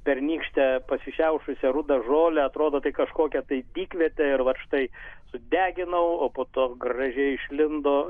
pernykštę pasišiaušusią rudą žolę atrodo tai kažkokia tai dykvietė ir vat štai sudeginau o po to gražiai išlindo